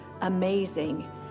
amazing